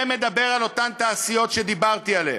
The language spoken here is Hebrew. שמדבר על אותן תעשיות שדיברתי עליהן,